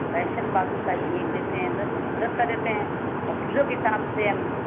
वयसन बालूशाही एक देते हैं दस दस का देते हैं और किलो के हिसाब से हम